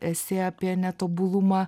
esė apie netobulumą